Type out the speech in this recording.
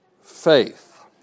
faith